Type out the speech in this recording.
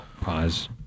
pause